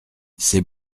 c’est